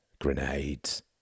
Grenades